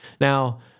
Now